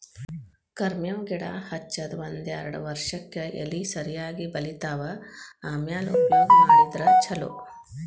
ಕರ್ಮೇವ್ ಗಿಡಾ ಹಚ್ಚದ ಒಂದ್ಯಾರ್ಡ್ ವರ್ಷಕ್ಕೆ ಎಲಿ ಸರಿಯಾಗಿ ಬಲಿತಾವ ಆಮ್ಯಾಲ ಉಪಯೋಗ ಮಾಡಿದ್ರ ಛಲೋ